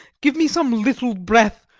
give me some little breath,